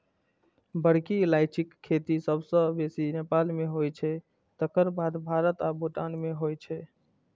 बड़की इलायचीक खेती सबसं बेसी नेपाल मे होइ छै, तकर बाद भारत आ भूटान मे होइ छै